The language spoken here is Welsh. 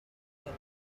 pwnc